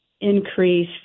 increase